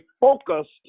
focused